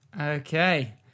Okay